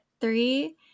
three